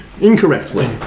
incorrectly